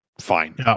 fine